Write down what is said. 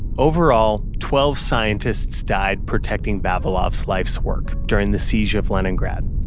overall, twelve scientists died protecting vavilov's life's work during the siege of leningrad,